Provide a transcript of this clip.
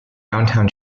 downtown